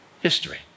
history